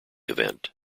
event